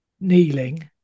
kneeling